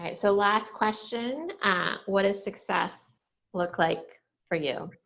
and so last question, what does success look like for you?